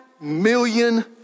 million